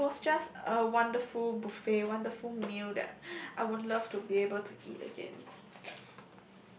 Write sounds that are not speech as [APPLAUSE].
and it was just a wonderful buffet wonderful meal that [BREATH] I would love to be able to eat again